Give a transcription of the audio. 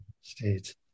States